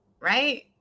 right